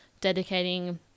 dedicating